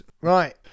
Right